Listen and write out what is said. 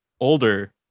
older